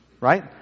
Right